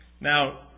Now